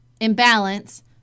imbalance